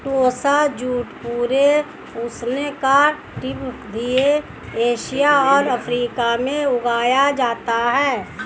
टोसा jute पूरे उष्णकटिबंधीय Asia और अफ्रीका में उगाया जाता है